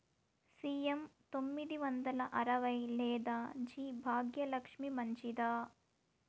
CM తొమ్మిది వందల అరవై లేదా జి భాగ్యలక్ష్మి మంచిదా?